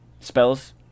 spells